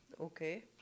Okay